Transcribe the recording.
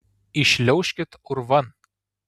įšliaužkit urvan